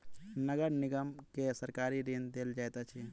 नगर निगम के सरकारी ऋण देल जाइत अछि